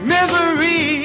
Misery